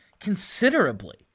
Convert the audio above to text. Considerably